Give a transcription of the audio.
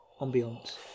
ambiance